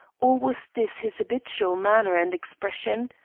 or was this his habitual manner and expression?